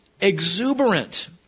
exuberant